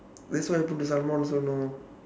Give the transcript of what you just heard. that's what happened to someone